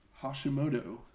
Hashimoto